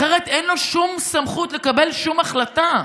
אחרת אין לו שום סמכות לקבל שום החלטה.